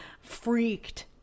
Freaked